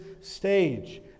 stage